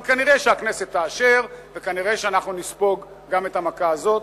אבל כנראה הכנסת תאשר וכנראה אנחנו נספוג גם את המכה הזאת.